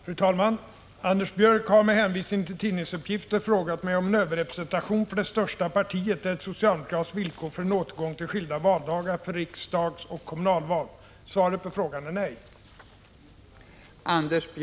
Fru talman! Anders Björck har, med hänvisning till tidningsuppgifter, frågat mig om en överrepresentation för det största partiet är ett socialdemokratiskt villkor för en återgång till skilda valdagar för riksdagsoch kommunalval. Svaret på frågan är nej.